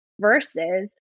versus